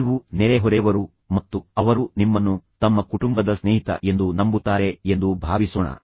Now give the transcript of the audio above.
ನೀವು ನೆರೆಹೊರೆಯವರು ಮತ್ತು ಅವರು ನಿಮ್ಮನ್ನು ತಮ್ಮ ಕುಟುಂಬದ ಸ್ನೇಹಿತ ಎಂದು ನಂಬುತ್ತಾರೆ ಎಂದು ಭಾವಿಸೋಣ